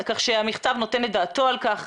המכתב נותן את דעתו על כך.